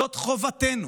זאת חובתנו.